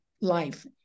life